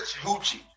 Hoochie